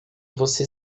você